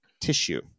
tissue